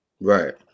right